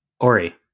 Ori